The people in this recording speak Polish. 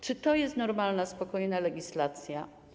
Czy to jest normalna, spokojna legislacja?